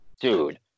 Dude